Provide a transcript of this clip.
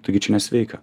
taigi čia nesveika